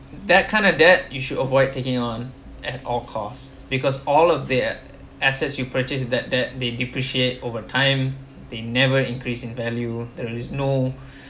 that kind of debt you should avoid taking on at all cost because all of the uh assets you purchase that that they depreciate over time they never increase in value there is no